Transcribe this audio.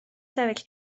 sefyll